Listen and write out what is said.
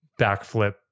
backflip